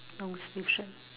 long sleeve shirt